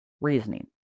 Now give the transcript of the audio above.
reasoning